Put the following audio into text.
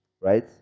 right